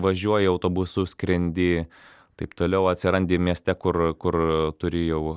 važiuoji autobusu skrendi taip toliau atsirandi mieste kur kur turi jau